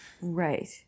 Right